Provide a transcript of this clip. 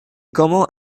comment